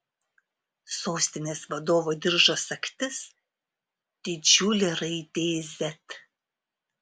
sostinės vadovo diržo sagtis didžiulė raidė z